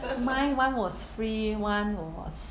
mine [one] was free [one] was